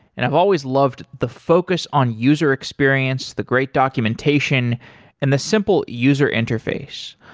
and i've always loved the focus on user experience, the great documentation and the simple user interface.